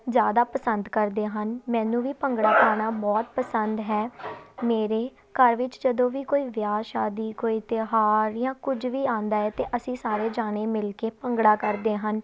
ਜ਼ਿਆਦਾ ਪਸੰਦ ਕਰਦੇ ਹਨ ਮੈਨੂੰ ਵੀ ਭੰਗੜਾ ਪਾਉਣਾ ਬਹੁਤ ਪਸੰਦ ਹੈ ਮੇਰੇ ਘਰ ਵਿੱਚ ਜਦੋਂ ਵੀ ਕੋਈ ਵਿਆਹ ਸ਼ਾਦੀ ਕੋਈ ਤਿਉਹਾਰ ਜਾਂ ਕੁਝ ਵੀ ਆਉਂਦਾ ਹੈ ਤਾਂ ਅਸੀਂ ਸਾਰੇ ਜਾਣੇ ਮਿਲ ਕੇ ਭੰਗੜਾ ਕਰਦੇ ਹਨ